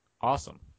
Awesome